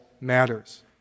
matters